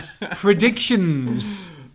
predictions